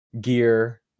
gear